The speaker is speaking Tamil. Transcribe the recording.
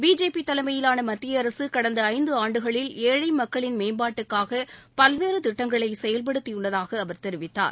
பிஜேபி தலைமையிலான மத்திய அரசு கடந்த ஐந்து ஆண்டுகளில் ஏழை மக்களின் மேம்பாட்டுக்காக பல்வேறு திட்டங்களை செயல்படுத்தியுள்ளதாக அவர் தெரிவித்தார்